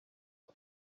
aho